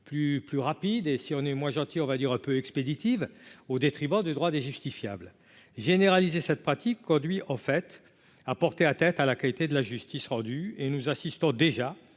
plus rapide et si on est moins gentil, on va dire un peu expéditive au détriment du droit des justiciables généraliser cette pratique conduit en fait à porter atteinte à la qualité de la justice rendue et nous assistons déjà